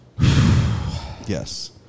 Yes